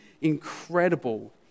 incredible